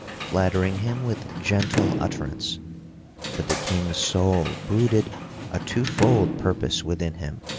flattering him with gentle utterance but the king's soul brooded a twofold purpose within him,